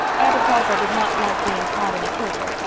aunt atossa did not like being caught in a kilter,